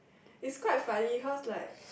it's quite funny how it's like